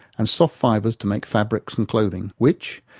and soft fibres to make fabrics and clothing which,